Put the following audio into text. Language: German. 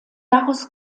daraus